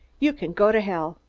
you can go to hell!